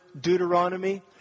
Deuteronomy